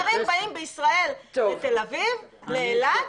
תיירים באים לתל אביב, לאילת